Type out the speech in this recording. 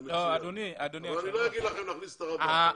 מצוין אבל אני לא אומר לכם להכניס את הרב ולדמן.